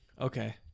Okay